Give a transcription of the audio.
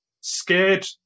scared